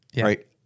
right